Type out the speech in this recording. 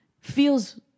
feels